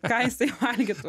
ką jisai valgytų